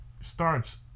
starts